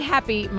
Happy